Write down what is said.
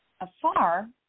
AFAR